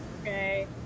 okay